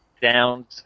down